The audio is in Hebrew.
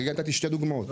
הרגע נתתי שתי דוגמאות.